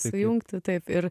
sujungti taip ir